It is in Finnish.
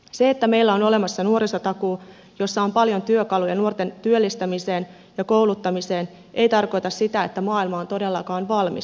se että meillä on olemassa nuorisotakuu jossa on paljon työkaluja nuorten työllistämiseen ja kouluttamiseen ei tarkoita sitä että maailma on todellakaan valmis